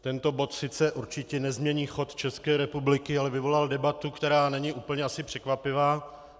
Tento bod sice určitě nezmění chod České republiky, ale vyvolal debatu, která není asi úplně překvapivá.